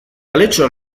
aletxoa